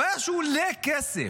הבעיה שהוא עולה כסף.